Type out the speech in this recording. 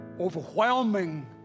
overwhelming